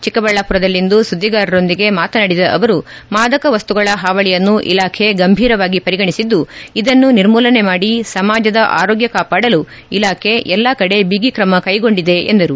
ಚಿಕ್ಕಬಳ್ಳಾಪುರದಲ್ಲಿಂದು ಸುದ್ದಿಗಾರರೊಂದಿಗೆ ಮಾತನಾಡಿದ ಅವರು ಮಾದಕ ವಸ್ತುಗಳ ಹಾವಳಿಯನ್ನು ಇಲಾಖೆ ಗಂಭೀರವಾಗಿ ಪರಿಗಣಿಸಿದ್ದು ಇದನ್ನು ನಿರ್ಮೂಲನೆ ಮಾಡಿ ಸಮಾಜದ ಆರೋಗ್ಯ ಕಾಪಾಡಲು ಇಲಾಖೆ ಎಲ್ಲಾ ಕಡೆ ಬಿಗಿ ಕ್ರಮ ಕೈಗೊಂಡಿದೆ ಎಂದರು